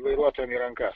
vairuotojam į rankas